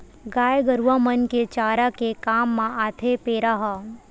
गाय गरुवा मन के चारा के काम म आथे पेरा ह